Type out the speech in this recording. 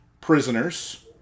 prisoners